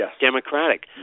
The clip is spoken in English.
democratic